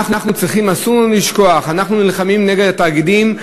אסור לנו לשכוח: אנחנו נלחמים נגד התאגידים,